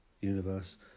Universe